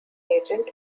agent